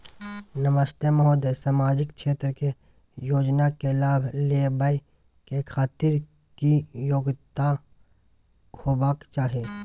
नमस्ते महोदय, सामाजिक क्षेत्र के योजना के लाभ लेबै के खातिर की योग्यता होबाक चाही?